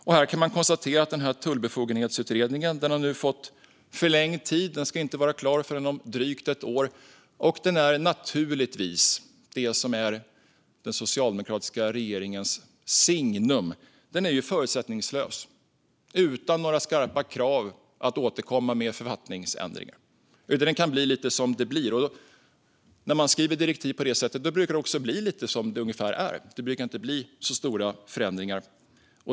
Man kan konstatera att Tullbefogenhetsutredningen nu har fått förlängd tid. Den ska inte vara klar förrän om drygt ett år. Utredningen är också naturligtvis det som är den socialdemokratiska regerings signum: Den är förutsättningslös. Den har inte några skarpa krav att återkomma med författningsändringar, utan det kan bli lite som det blir. När man skriver direktiv på det sättet brukar det också bli ungefär som det redan är. Det brukar inte bli så stora förändringar.